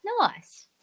Nice